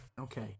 Okay